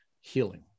healing